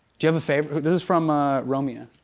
do you have a fav this is from ah romia.